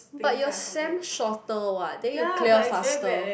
but your sem shorter what then you clear faster